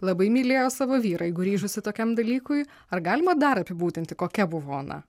labai mylėjo savo vyrą jeigu ryžosi tokiam dalykui ar galima dar apibūdinti kokia buvo ona